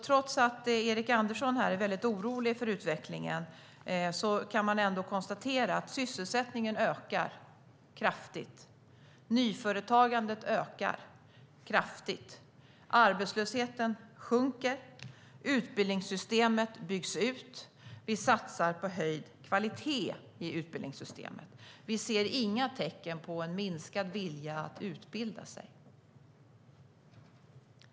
Trots att Erik Andersson är väldigt orolig för utvecklingen kan vi konstatera att sysselsättningen ökar kraftigt, att nyföretagandet ökar kraftigt, att arbetslösheten sjunker, att utbildningssystemet byggs ut och att vi satsar på höjd kvalitet i utbildningssystemet. Vi ser inga tecken på en minskad vilja att utbilda sig.